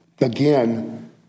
Again